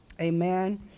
Amen